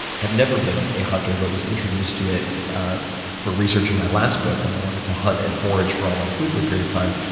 have never been a hunter, but was introduced to it for researching my last book when i wanted to hunt and forage for all my food for a period of time.